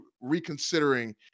reconsidering